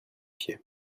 pied